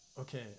okay